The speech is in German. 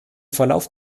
verlauf